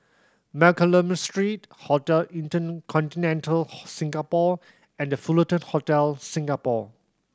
Mccallum Street Hotel InterContinental Singapore and The Fullerton Hotel Singapore